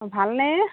অঁ ভালনে